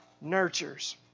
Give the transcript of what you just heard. nurtures